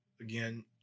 again